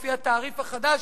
אפילו לפי התעריף החדש,